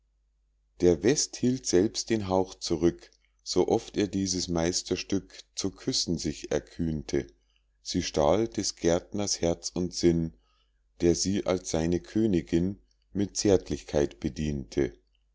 der west hielt selbst den hauch zurück so oft er dieses meisterstück zu küssen sich erkühnte sie stahl des gärtners herz und sinn der sie als seine königin mit zärtlichkeit bediente